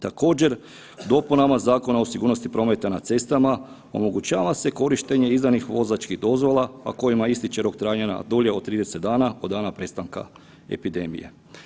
Također dopunama Zakona o sigurnosti prometa na cestama omogućava se korištenje izdanih vozačkih dozvola, a kojima ističe rok trajanja dulje od 30 dana od dana prestanka epidemije.